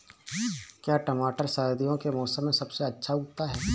क्या टमाटर सर्दियों के मौसम में सबसे अच्छा उगता है?